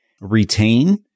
retain